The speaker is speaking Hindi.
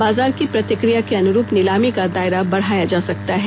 बाजार की प्रतिक्रिया के अनुरूप नीलामी का दायरा बढ़ाया भी जा सकता है